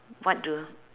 what do